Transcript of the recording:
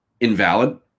invalid